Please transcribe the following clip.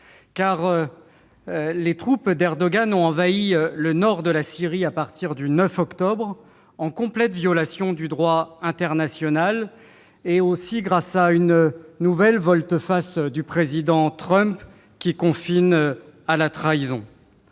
les troupes d'Erdogan ont envahi le nord de la Syrie, en complète violation du droit international et à la suite d'une nouvelle volte-face du président Trump, qui confine à la trahison.